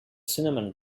cinnamon